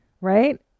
right